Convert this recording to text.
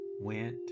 went